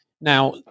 Now